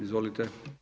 Izvolite.